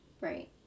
Right